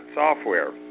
software